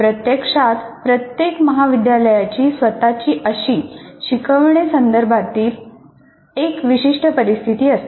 प्रत्यक्षात प्रत्येक महाविद्यालयाची स्वतःची अशी शिकवणे संदर्भातली एक विशिष्ट परिस्थिती असते